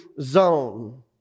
zone